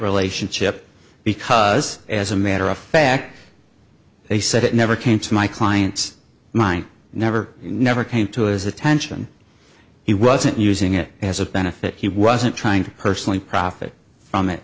relationship because as a matter of fact they said it never came to my client's mind never never came to his attention he wasn't using it as a benefit he wasn't trying to personally profit from it